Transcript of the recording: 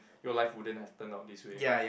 your life wouldn't have turn out this way